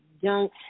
young